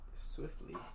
swiftly